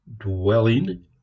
dwelling